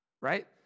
right